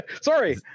Sorry